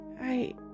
I-